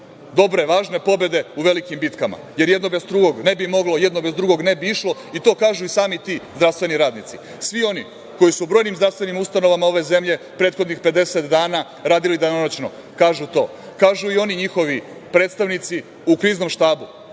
dobre, važne pobede u velikim bitkama, jer jedno bez drugog ne bi moglo, jedno bez drugog ne bi išlo i to kažu i sami ti zdravstveni radnici, svi oni koji su u brojnim zdravstvenim ustanovama ove zemlje prethodnih 50 dana radili danonoćno kažu to, kažu i oni njihovi predstavnici u Kriznom štabu. Kada